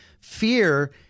fear